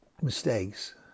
mistakes